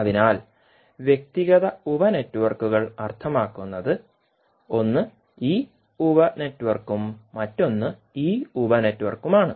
അതിനാൽ വ്യക്തിഗത ഉപ നെറ്റ്വർക്കുകൾ അർത്ഥമാക്കുന്നത് ഒന്ന് ഈ ഉപ നെറ്റ്വർക്കും മറ്റൊന്ന് ഈ ഉപ നെറ്റ്വർക്കുമാണ്